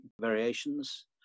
variations